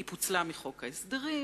היא פוצלה מחוק ההסדרים